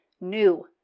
new